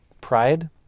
Pride